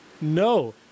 no